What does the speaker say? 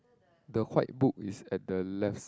the white book is at the left